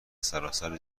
سراسر